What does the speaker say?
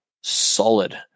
solid